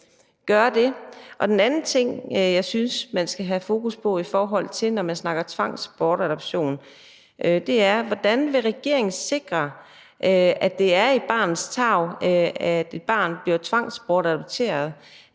En anden ting, jeg synes man skal have fokus på, når man snakker tvangsbortadoption, er, hvordan regeringen vil sikre, at det er i barnets tarv, at et barn bliver tvangsbortadopteret,